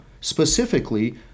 specifically